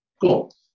Cool